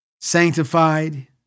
sanctified